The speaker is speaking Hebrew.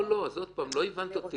לא, לא, עוד פעם, לא הבנת אותי.